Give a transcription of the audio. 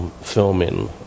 Filming